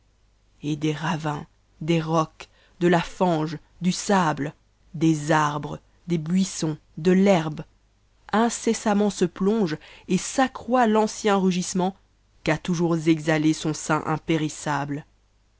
et des ravins des rocs de la fange du sable des arbres des buissons de l'herbe incessamment se prolonge et s'accroit l'ancien rugissement qu'a toujours exhalé son sein impérissable